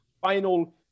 final